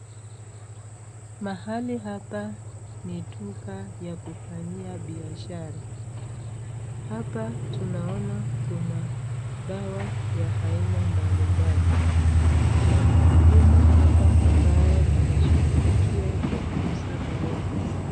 Mahali hapa ni duka ya kufanyia biashara. Hapa tunaona kuna dawa ya aina mbalimbali. Kuna mhudumu hapa ambaye anashughulikia kwa kuuza dawa hizi.